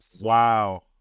Wow